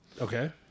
Okay